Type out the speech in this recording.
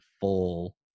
full